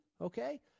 Okay